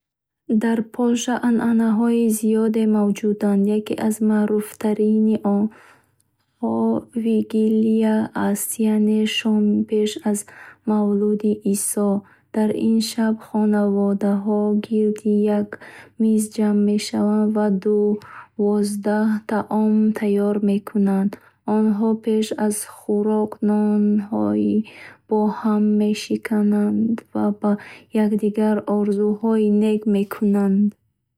Дар Полша анъанаҳои зиёде мавҷуданд. Яке аз маъруфтаринҳо — «Вигилия» аст, яъне шоми пеш аз Мавлуди Исо. Дар ин шаб хонаводаҳо гирди як миз ҷамъ мешаванд ва дувоздах таом тайёр мекунанд. Онҳо пеш аз хӯрок ноной бо ҳам мешикананд ва ба якдигар орзуҳои нек мекунанд.